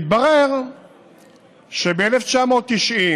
התברר שב-1990,